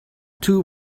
two